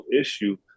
issue